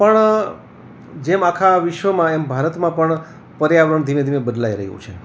પણ જેમ આખા વિશ્વમાં એમ ભારતમાં પણ પર્યાવરણ ધીમે ધીમે બદલાઈ રહ્યું છે